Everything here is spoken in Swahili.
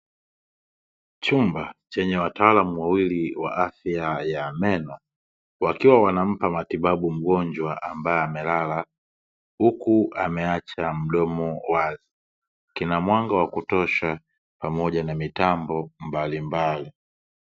Chumba chenye wataalamu wawili wa afya ya meno, wakiwa wanampa matibabu mgonjwa ambaye amelala huku ameacha mdomo wazi. Kina mwanga wa kutosha pamoja na mitambo mbalimbali.